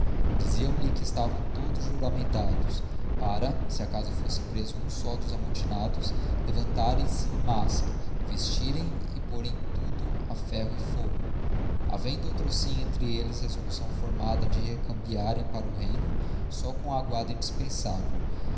e abertas diziam-lhe que estavam todos juramentados para se acaso fosse preso um só dos amotinados levantarem se em massa investirem e porem tudo a ferro e fogo havendo outrosim entre elles resolução formada de recambiarem para o reino só com a aguada indispensável